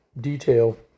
detail